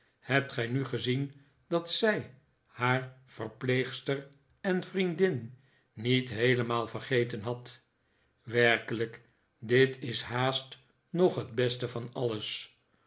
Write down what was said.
hebt gij nu gezien dat zij haar verpleegr ster en vriendin niet heelemaal vergeten had werkelijk dit is haast nog het beste van alles